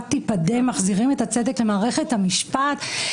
תיפדה מחזירים את הצדק למערכת המשפט",